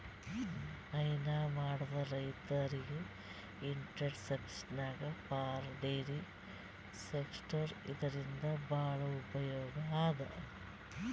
ಹೈನಾ ಮಾಡದ್ ರೈತರಿಗ್ interest subvention for dairy sector ಇದರಿಂದ್ ಭಾಳ್ ಉಪಯೋಗ್ ಅದಾ